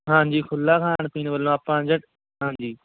ਹਾਂਜੀ ਖੁੱਲ੍ਹਾ ਖਾਣ ਪੀਣ ਵੱਲੋਂ ਆਪਾਂ ਨੂੰ ਜਦ ਹਾਂਜੀ